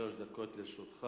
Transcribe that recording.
שלוש דקות לרשותך.